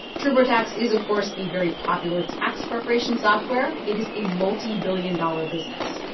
turbotax is, of course, the very popular tax preparation software. it is a multibillion-dollar business,